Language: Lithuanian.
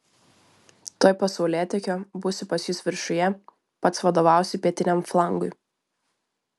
tuoj po saulėtekio būsiu pas jus viršuje pats vadovausiu pietiniam flangui